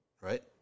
Right